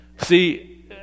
See